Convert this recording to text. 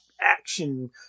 action